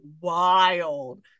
wild